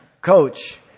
Coach